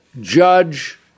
Judge